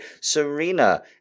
Serena